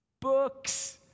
books